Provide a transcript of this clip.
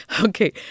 Okay